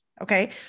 Okay